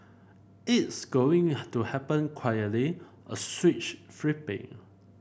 it's going to happen quietly a switch flipping